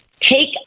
take